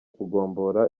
kugombora